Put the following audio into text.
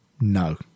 No